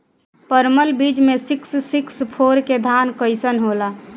परमल बीज मे सिक्स सिक्स फोर के धान कईसन होला?